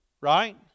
Right